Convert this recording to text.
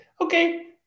okay